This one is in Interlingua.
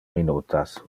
minutas